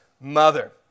mother